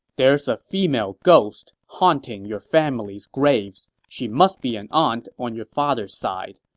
there's a female ghost haunting your family's graves. she must be an aunt on your father's side.